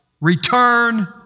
return